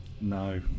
No